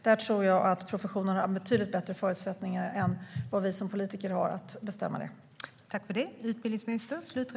Det tror jag att professionen har betydligt bättre förutsättningar att bestämma än vad vi som politiker har.